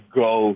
go